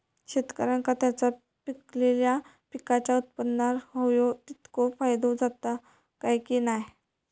शेतकऱ्यांका त्यांचा पिकयलेल्या पीकांच्या उत्पन्नार होयो तितको फायदो जाता काय की नाय?